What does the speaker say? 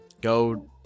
Go